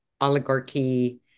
oligarchy